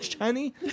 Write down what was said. honey